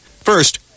First